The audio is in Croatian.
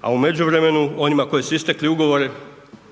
a u međuvremenu onima kojima su istekli ugovori,